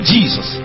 Jesus